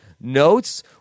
notes